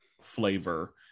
flavor